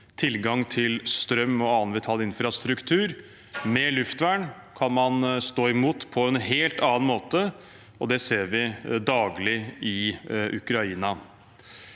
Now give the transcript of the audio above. tilgang til strøm og annen vital infrastruktur. Med luftvern kan man stå imot på en helt annen måte, og det ser vi daglig i Ukraina.